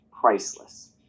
priceless